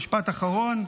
משפט אחרון,